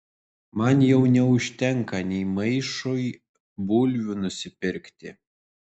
man jau neužtenka nė maišui bulvių nusipirkti